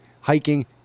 hiking